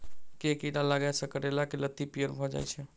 केँ कीड़ा लागै सऽ करैला केँ लत्ती पीयर भऽ जाय छै?